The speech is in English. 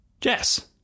Jess